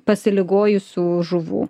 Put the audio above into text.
pasiligojusių žuvų